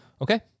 Okay